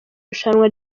rushanwa